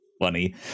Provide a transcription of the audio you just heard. funny